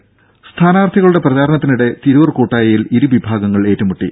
ടെട സ്ഥാനാർഥികളുടെ പ്രചാരണത്തിനിടെ തിരൂർ കൂട്ടായിയിൽ ഇരുവിഭാഗങ്ങൾ ഏറ്റുമുട്ടി